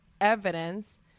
evidence